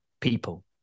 people